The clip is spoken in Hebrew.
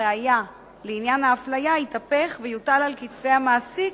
הראיה לעניין האפליה יתהפך ויוטל על כתפי המעסיק,